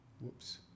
Whoops